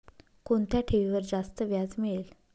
कोणत्या ठेवीवर जास्त व्याज मिळेल?